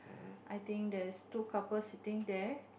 I think there's two couple sitting there